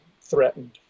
threatened